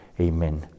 Amen